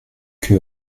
que